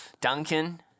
Duncan